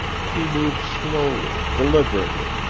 she moved slowly, deliberately,